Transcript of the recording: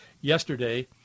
yesterday